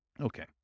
Okay